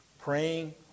Praying